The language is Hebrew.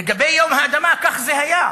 לגבי יום האדמה, כך זה היה,